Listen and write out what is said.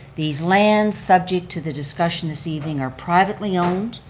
these lands subject to the discussion this evening are privately owned,